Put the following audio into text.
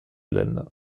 länder